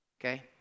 okay